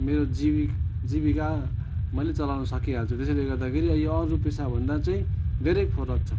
मेरो जिवि जीविका मैले चलाउनु सकिहाल्छु त्यसैले गर्दाखेरि यो अरू पेसाभन्दा चाहिँ धेरै फरक छ